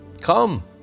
come